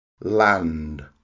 Land